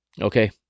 okay